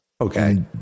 Okay